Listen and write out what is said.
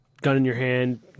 gun-in-your-hand